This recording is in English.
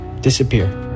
disappear